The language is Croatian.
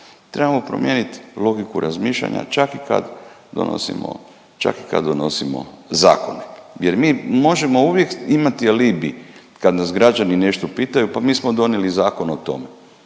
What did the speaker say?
Trebamo promijeniti logiku razmišljanja, čak kad donosimo, čak kad donosimo zakone jer mi možemo uvijek imati alibi kad nas građani nešto pitaju, pa mi smo donijeli zakon o tome,